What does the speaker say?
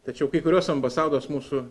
tačiau kai kurios ambasados mūsų